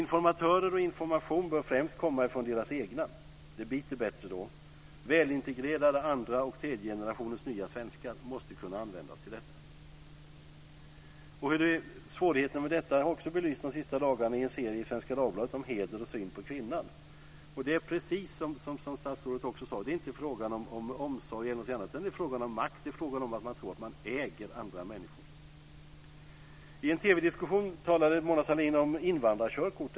Informatörer och information bör främst komma från deras egna. Det biter bättre då. Välintegrerade andra och tredjegenerationens nya svenskar måste kunna användas till detta. Svårigheterna med detta har jag också belyst de senaste dagarna i en serie i Svenska Dagbladet om heder och syn på kvinnan. Det är precis som statsrådet också sade: Det är inte fråga om omsorg. Det är fråga om makt. Det är fråga om att man tror att man äger andra människor. I en TV-diskussion talade man om invandrarkörkort.